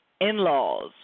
in-laws